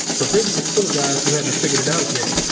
but prison is full of guys who haven't figured it out yet.